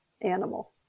animal